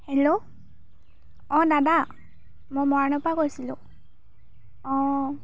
hello অঁ দাদা মই মৰাণৰপৰা কৈছিলোঁ অঁ